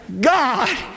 God